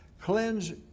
Cleanse